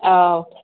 ꯑꯥ